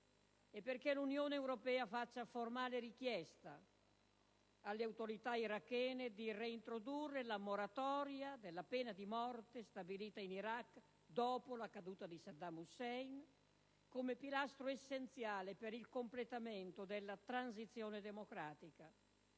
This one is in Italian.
e perché l'Unione europea faccia formale richiesta alle autorità irachene di reintrodurre la moratoria della pena di morte, stabilita in Iraq dopo la caduta di Saddam Hussein, come pilastro essenziale per il completamento della transizione democratica.